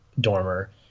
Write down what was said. Dormer